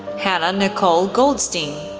hannah nicole goldstein,